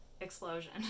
explosion